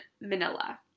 Manila